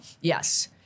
Yes